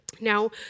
Now